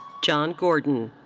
john gordon.